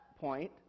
point